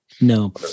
No